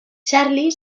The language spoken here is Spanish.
charlie